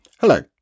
Hello